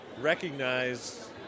Recognize